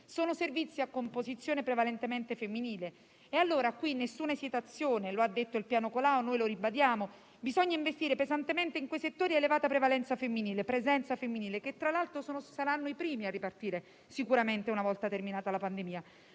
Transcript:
sono servizi a composizione prevalentemente femminile. E, allora, qui nessuna esitazione; lo ha detto il piano Colao, noi lo ribadiamo: bisogna investire pesantemente in quei settori a elevata presenza femminile, che tra l'altro saranno i primi a ripartire sicuramente, una volta terminata la pandemia.